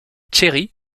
cherry